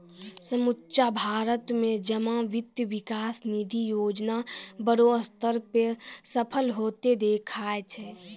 समुच्चा भारत मे जमा वित्त विकास निधि योजना बड़ो स्तर पे सफल होतें देखाय छै